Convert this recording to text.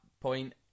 point